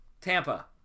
Tampa